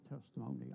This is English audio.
testimony